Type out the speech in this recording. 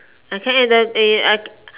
I can't eh I